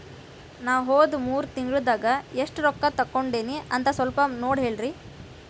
ನಾ ಹೋದ ಮೂರು ತಿಂಗಳದಾಗ ಎಷ್ಟು ರೊಕ್ಕಾ ತಕ್ಕೊಂಡೇನಿ ಅಂತ ಸಲ್ಪ ನೋಡ ಹೇಳ್ರಿ